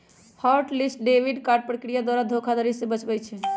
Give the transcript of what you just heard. hot list debit card प्रक्रिया द्वारा धोखाधड़ी से बचबइ छै